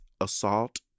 assault